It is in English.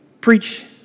preach